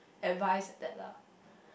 advice like that lah